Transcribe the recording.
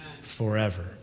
forever